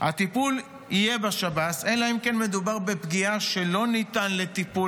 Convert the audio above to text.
הטיפול יהיה בשב"ס אלא אם כן מדובר בפגיעה שלא ניתנת לטיפול